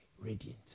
radiant